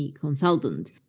consultant